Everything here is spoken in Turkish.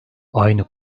aynı